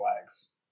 flags